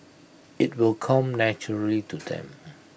IT will come naturally to them